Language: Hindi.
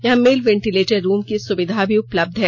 यहां मेल वेंटिलेटर रूम की सुविधा भी उपलब्ध है